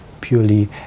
purely